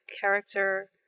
character